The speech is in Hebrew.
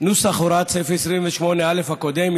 נוסח הוראת סעיף 28א הקודם,